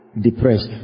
depressed